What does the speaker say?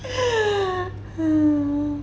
hmm